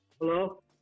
Hello